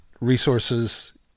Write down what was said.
resources